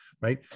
right